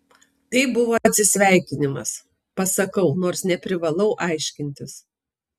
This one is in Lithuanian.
tai buvo atsisveikinimas pasakau nors neprivalau aiškintis